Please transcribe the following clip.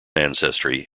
ancestry